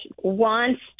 wants